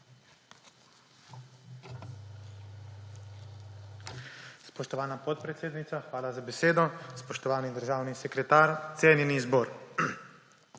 Spoštovana podpredsednica, hvala za besedo. Spoštovani državni sekretar, cenjeni zbor!